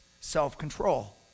self-control